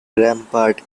rampart